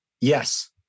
Yes